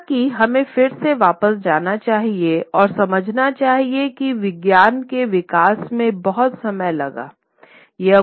हालांकि हमें फिर से वापस जाना चाहिए और समझना चाहिए कि विज्ञान के विकास में बहुत समय लगा हैं